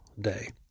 day